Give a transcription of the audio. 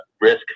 risk